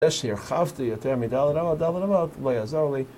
זה שהרחבתי יותר מדל"ת אמות, דל"ת אמות, לא יעזור לי.